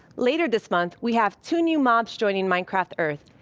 later this month, we have two new mobs joining minecraft earth.